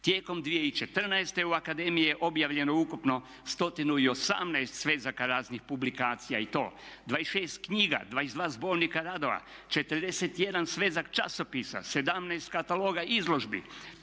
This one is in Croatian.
Tijekom 2014. u akademiji je objavljeno ukupno 118 svezaka, raznih publikacija i to: 26 knjiga, 22 zbornika radova, 41 svezak časopisa, 17 kataloga izložbi,